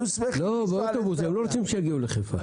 הם לא רוצים שיגיעו לחיפה.